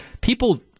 People